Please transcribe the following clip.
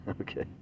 Okay